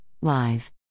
Live